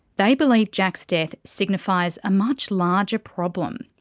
they believe jack's death signifies a much larger problem.